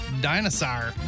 dinosaur